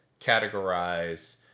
categorize